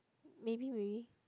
maybe really